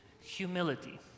humility